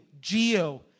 geo